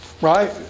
Right